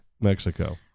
Mexico